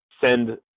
send